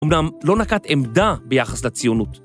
‫אומנם לא נקט עמדה ביחס לציונות.